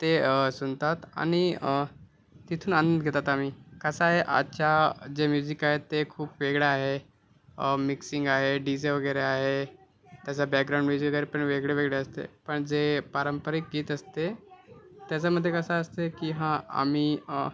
ते सुनतात आणि तिथून आणून घेतात आम्ही कसा आहे आजच्या जे म्युझिक आहे ते खूप वेगळा आहे मिक्सिंग आहे डी जे वगैरे आहे त्याचा बॅकग्राउंड म्युझिक वगैरे पण वेगळेवेगळे असते पण जे पारंपरिक गीत असते त्याचामध्ये कसा असते की हां आम्ही